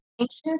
anxious